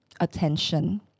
attention